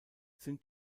sind